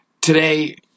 today